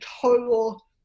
total